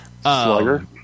Slugger